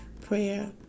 prayer